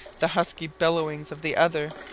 the husky bellowings of the other,